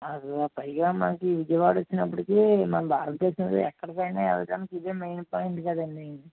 అందులో పైగా మనకి విజయవాడ వచ్చేటప్పటికి మన భారతదేశంలో ఎక్కడికైనా వెళ్ళడానికి ఇదే మెయిన్ పాయింట్ కదండీ